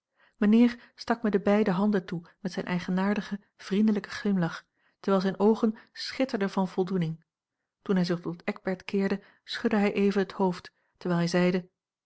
mijnheer stak mij de beide handen toe met zijn eigenaardigen vriendelijken glimlach terwijl zijne oogen schitterden van voldoening toen hij zich tot eckbert keerde schudde hij even het hoofd terwijl hij zeide